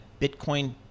Bitcoin